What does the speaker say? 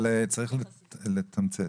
אבל צריך לתמצת.